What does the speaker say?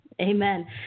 Amen